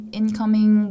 incoming